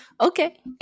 Okay